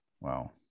wow